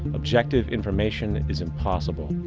objective information is impossible.